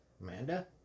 Amanda